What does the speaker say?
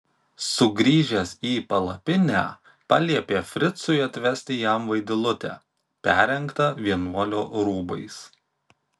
sugrįžęs į palapinę paliepė fricui atvesti jam vaidilutę perrengtą vienuolio rūbais